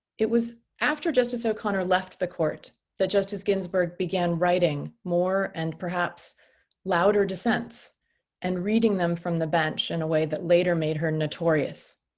it was after justice o'connor left the court that justice ginsburg began writing more and perhaps louder dissents and reading them from the bench in a way that later made her notorious.